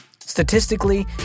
Statistically